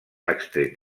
extret